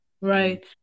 right